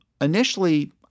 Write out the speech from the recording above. Initially